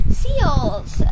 seals